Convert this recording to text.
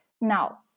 now